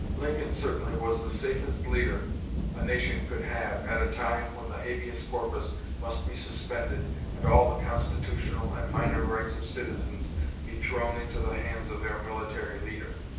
lincoln certainly was the safest leader a nation could have at a time when the habeas corpus must be suspended and all the constitutional and minor rights of citizens be thrown into the hands of their military leader.